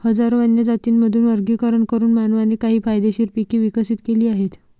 हजारो वन्य जातींमधून वर्गीकरण करून मानवाने काही फायदेशीर पिके विकसित केली आहेत